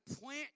plant